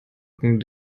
rücken